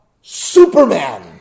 Superman